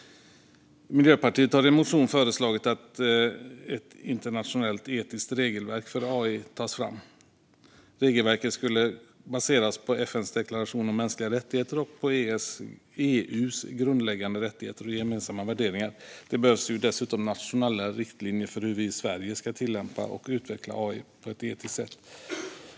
Miljöpartiet har i en motion föreslagit att ett internationellt etiskt regelverk för AI ska tas fram. Regelverket skulle baseras på FN:s deklaration om mänskliga rättigheter och på EU:s grundläggande rättigheter och gemensamma värderingar. Det behövs dessutom nationella riktlinjer för hur vi i Sverige ska tillämpa och utveckla AI på ett etiskt sätt.